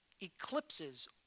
eclipses